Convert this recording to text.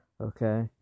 Okay